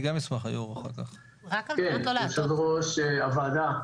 כן, יושב ראש הוועדה.